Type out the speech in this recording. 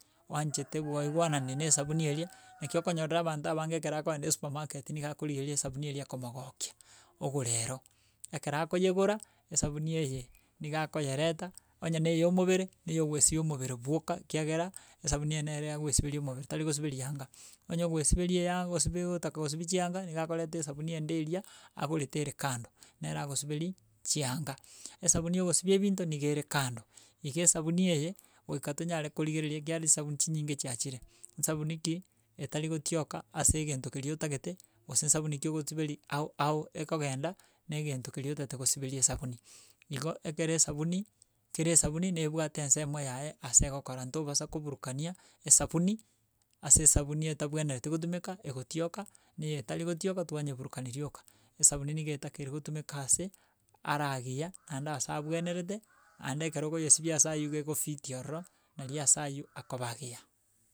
Oanchete gwaigwananiri na esabuni eria, naki okonyorera abanto abange ekero bakoenda esupermarket nigo akorigereria esabuni eri ekomogokia ogora ero. Ekero akoyegora, esabuni eye niga akoyereta, onye na ya omobere, na eyogo esibia omobere bwoka, kiagera esabuni eye nere agoisiberia omobere tarigosiberi yanga, onye ogoisiberiaaa osibie otaka gosibi chianga niga akoreta esabuni ende eria agorete ere kando, nere agosiberi chianga. Esabuni ya ogosibi ebinto niga ere kando, iga esabuni eye goika tonyare korigereria ekiagera chisabuni chinyinge chiachire. Nsabuni ki, etari gotioka ase egento keri otagete gose nsabuni ki ogosiberi ao ao ekogenda na egento keri otaete gosiberi esabuni. Igo ekere esabuni kere esabuni nebwate ensemo yaye ase egokora ntobasa koburukania esabuni ase esabuni etabwenereti gotumeka egotioka na eye etari gotioka twanyeburukania rioka. Esabuni nigo etakeire gotumeka ase ara agiya naende asa abwenerete, aende ekero okoyesibia asa aywo, igo egofiti ororo, nari ase aywo akoba agiya.